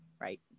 right